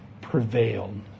prevailed